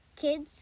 kids